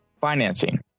Financing